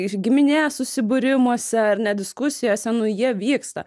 ir giminės susibūrimuose ar net diskusijose nu jie vyksta